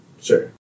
Sure